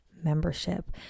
Membership